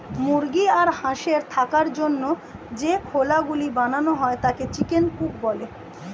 মুরগি আর হাঁসের থাকার জন্য যে খোলা গুলো বানানো হয় তাকে চিকেন কূপ বলে